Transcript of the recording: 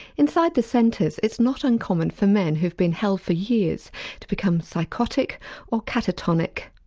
inside the centres it's not uncommon for men who have been held for years to become psychotic or catatonic.